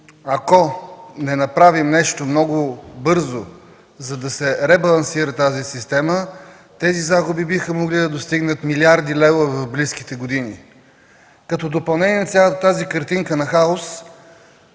Ако не направим нещо много бързо, за да се ребалансира тази система, загубите биха могли да достигнат милиарди левове в близките години. Като допълнение на цялата тази картинка на хаос,